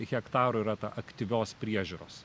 hektarų yra ta aktyvios priežiūros